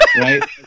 right